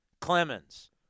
Clemens